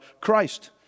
Christ